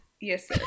Yes